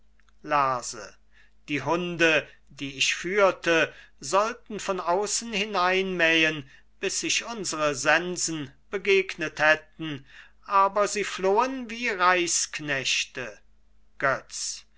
lerse die hunde die ich führte sollten von außen hineinmähen bis sich unsere sensen begegnet hätten aber sie flohen wie reichsknechte götz